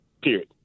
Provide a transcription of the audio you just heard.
period